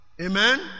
Amen